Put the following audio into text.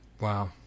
Wow